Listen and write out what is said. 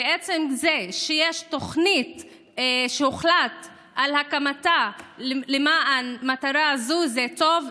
ועצם זה שיש תוכנית שהוחלט על הקמתה למען מטרה זו זה טוב,